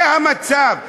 זה המצב.